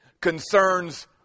concerns